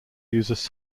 uses